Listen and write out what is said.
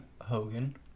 Hogan